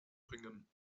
bringen